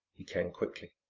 he came quickly.